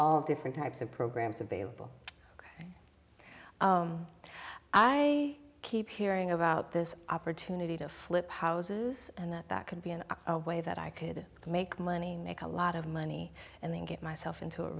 all different types of programs available i keep hearing about this opportunity to flip houses and that that could be an hour away that i could make money make a lot of money and then get myself into a